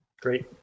great